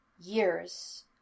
years